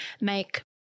make